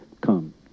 come